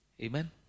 Amen